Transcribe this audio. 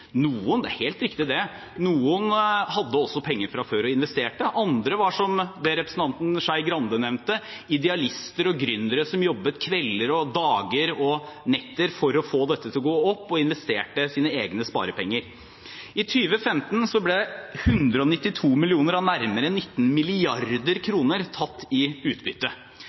som representanten Skei Grande nevnte, idealister og gründere som investerte sine egne sparepenger og jobbet kvelder, dager og netter for å få dette til å gå opp. I 2015 ble 192 mill. kr av nærmere 19 mrd. kr tatt i